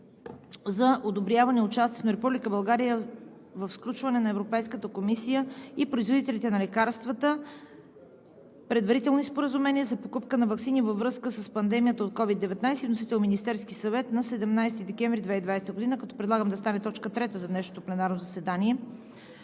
за одобряване участието на Република България в сключване на Европейската комисия и производителите на лекарствата, предварително Споразумение за покупка на ваксини във връзка с пандемията от COVID-19. Вносител е Министерският съвет на 17 декември 2020 г. Предлагам да стане точка трета за днешното пленарно заседание.